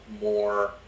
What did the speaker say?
more